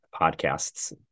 podcasts